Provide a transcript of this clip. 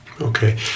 Okay